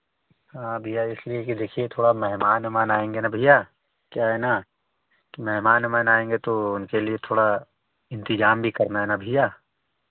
हाँ भैया इसलिए कि देखिए थोड़ा मेहमान वेहमान आएँगे ना भैया क्या है ना कि मेहमान वेहमान आएँगे तो उनके लिए थोड़ा इंतजाम भी करना है ना भैया